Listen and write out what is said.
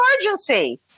emergency